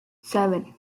seven